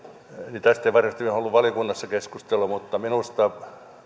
avoimuutta tästä ei varsinaisesti ollut valiokunnassa keskustelua mutta minusta on aivan oikein